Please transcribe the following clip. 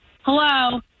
Hello